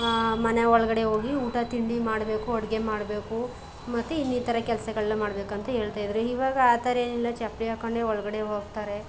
ಮನೆ ಒಳಗಡೆ ಹೋಗಿ ಊಟ ತಿಂಡಿ ಮಾಡಬೇಕು ಅಡುಗೆ ಮಾಡಬೇಕು ಮತ್ತು ಇನ್ನಿತರ ಕೆಲಸಗಳ್ನ ಮಾಡಬೇಕು ಅಂತ ಹೇಳ್ತಾಯಿದ್ರು ಈವಾಗ ಆ ಥರ ಏನಿಲ್ಲ ಚಪ್ಪಲಿ ಹಾಕ್ಕೊಂಡೆ ಒಳಗಡೆ ಹೋಗ್ತಾರೆ